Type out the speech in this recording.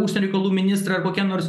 užsienio reikalų ministrą ar kokia nors